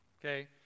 okay